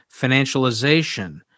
financialization